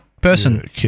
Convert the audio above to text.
person